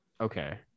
okay